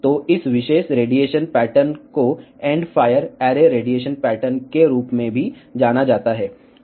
तो इस विशेष रेडिएशन पैटर्न को end fire array radiation pattern के रूप में भी जाना जाता है